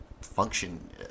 function